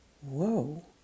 Whoa